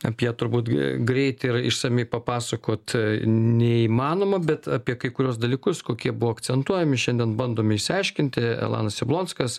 apie turbūt greit ir išsamiai papasakot neįmanoma bet apie kai kuriuos dalykus kokie buvo akcentuojami šiandien bandome išsiaiškinti elanas jablonskas